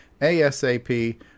ASAP